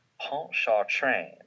Pontchartrain